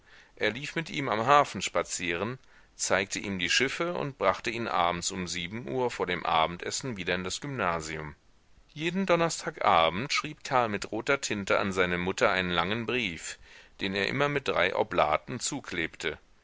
er lief mit ihm am hafen spazieren zeigte ihm die schiffe und brachte ihn abends um sieben uhr vor dem abendessen wieder in das gymnasium jeden donnerstag abend schrieb karl mit roter tinte an seine mutter einen langen brief den er immer mit drei oblaten zuklebte